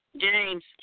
James